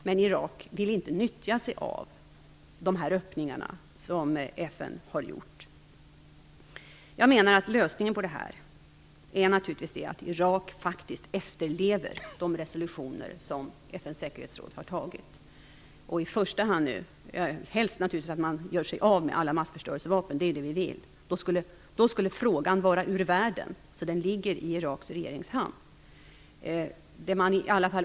Men Irak vill inte utnyttja de öppningar som FN har givit. Lösningen på detta är att Irak efterlever de resolutioner som FN:s säkerhetsråd har antagit. Helst skall man förstås göra sig av med alla massförstörelsevapen; det är det vi vill. Då skulle frågan vara ur världen. Så den ligger i Iraks regerings hand.